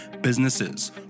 businesses